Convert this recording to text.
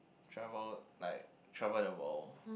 travel like travel the world